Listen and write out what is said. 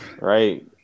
right